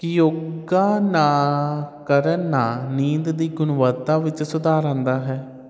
ਕੀ ਯੋਗਾ ਨਾਲ ਕਰਨ ਨਾਲ ਨੀਂਦ ਦੀ ਗੁਣਵੱਤਾ ਵਿੱਚ ਸੁਧਾਰ ਆਉਂਦਾ ਹੈ